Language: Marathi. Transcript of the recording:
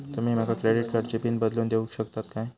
तुमी माका क्रेडिट कार्डची पिन बदलून देऊक शकता काय?